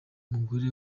umugore